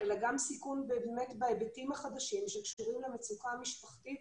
אלא גם סיכון בהיבטים החדשים שקשורים למצוקה המשפחתית